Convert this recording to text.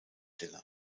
dinner